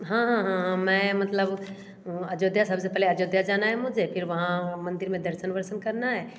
हाँ हाँ मैं मतलब वो अयोध्या सबसे पहले अयोध्या जाना है मुझे फिर वहाँ मंदिर में दर्शन वर्शन करना है